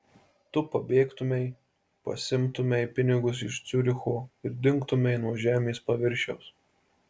tu pabėgtumei pasiimtumei pinigus iš ciuricho ir dingtumei nuo žemės paviršiaus